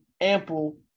ample